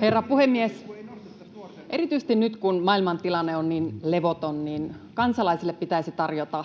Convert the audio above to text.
herra puhemies! Erityisesti nyt, kun maailmantilanne on niin levoton, kansalaisille pitäisi tarjota